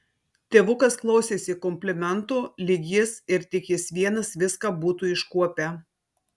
tėvukas klausėsi komplimentų lyg jis ir tik jis vienas viską būtų iškuopę